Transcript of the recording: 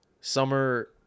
Summer